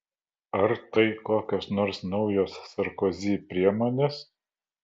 ar tai kokios nors naujos sarkozi priemonės